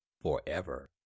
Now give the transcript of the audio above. forever